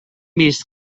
vist